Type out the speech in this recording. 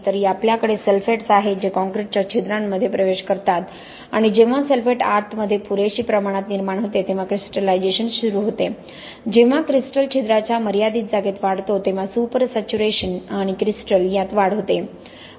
तर आपल्याकडे सल्फेट्स आहेत जे काँक्रीटच्या छिद्रांमध्ये प्रवेश करतात आणि जेव्हा सल्फेट आतमध्ये पुरेशी प्रमाणात निर्माण होते तेव्हा क्रिस्टलायझेशन सुरू होते जेव्हा क्रिस्टल छिद्राच्या मर्यादित जागेत वाढतो तेव्हा सुपर सॅच्युरेशन आणि क्रिस्टल यात वाढ होते